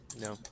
No